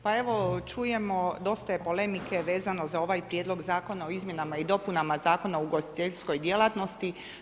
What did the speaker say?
Pa evo, čujemo dosta je polemike vezano za ovaj prijedlog Zakona o izmjenama i dopunama Zakona o ugostiteljskoj djelatnosti.